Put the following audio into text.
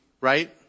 right